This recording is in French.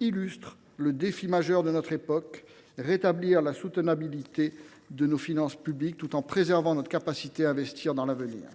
illustre le défi majeur de notre époque : rétablir la soutenabilité de nos finances publiques, tout en préservant notre capacité à investir dans l’avenir.